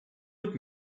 would